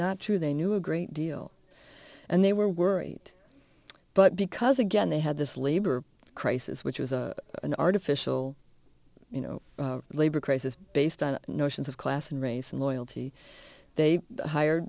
not true they knew a great deal and they were worried but because again they had this labor crisis which was a an artificial you know labor crisis based on notions of class and race and loyalty they hired